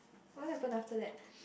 what happen after that